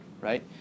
right